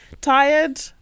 tired